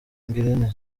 ngirente